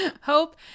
hope